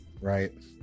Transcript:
right